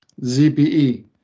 ZPE